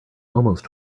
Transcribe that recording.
almost